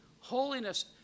holiness